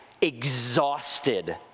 exhausted